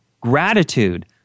Gratitude